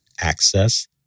access